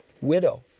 widow